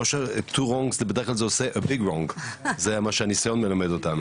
Two wrongsזה בדרך כלל זה עושה Big wrongs זה מה שהניסיון מלמד אותנו.